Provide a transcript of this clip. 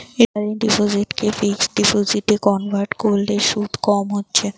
recurring ডিপোসিটকে fixed ডিপোজিটে convert কোরলে শুধ কম হচ্ছে